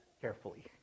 carefully